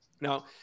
Now